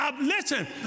Listen